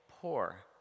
poor